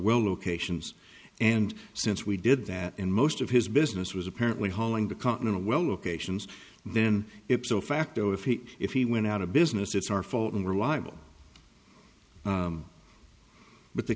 well locations and since we did that in most of his business was apparently hauling the continental well locations then ipso facto if he if he went out of business it's our fault and reliable but the